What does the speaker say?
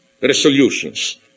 resolutions